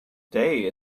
day